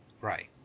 Right